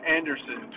Anderson